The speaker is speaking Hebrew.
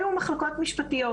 אלו המחלקות המשפטיות